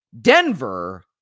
Denver